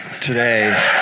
today